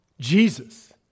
Jesus